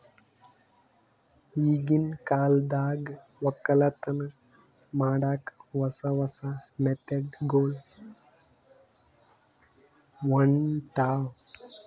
ಈಗಿನ್ ಕಾಲದಾಗ್ ವಕ್ಕಲತನ್ ಮಾಡಕ್ಕ್ ಹೊಸ ಹೊಸ ಮೆಥಡ್ ಗೊಳ್ ಹೊಂಟವ್